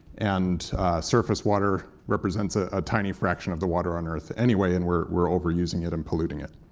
and surface water represents a ah tiny fraction of the water on earth anyway, and we're we're overusing it and polluting it.